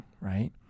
right